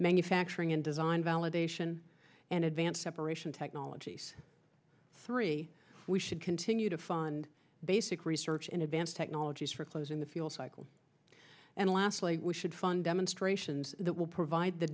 manufacturing and design validation and advanced separation technologies three we should continue to fund basic research in advanced technologies for closing the fuel cycle and lastly we should fund demonstrations that will provide the